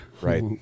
Right